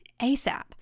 ASAP